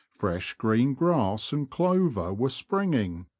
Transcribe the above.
fresh green grass and clover were springing.